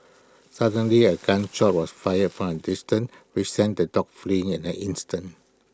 suddenly A gun shot was fired from A distance which sent the dogs fleeing in an instant